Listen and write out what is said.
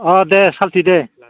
अह दे साल्थि दे